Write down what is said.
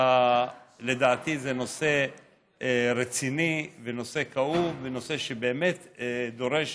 לדעתי זה נושא רציני, נושא כאוב ונושא שבאמת דורש